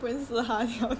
me and him